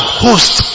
host